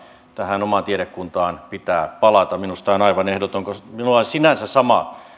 tähän omaan tiedekuntaan pitää palata minusta tämä on aivan ehdotonta koska minulle on sinänsä sama